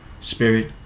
Spirit